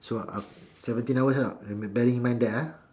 so aft~ seventeen hours you know bearing in mind that ah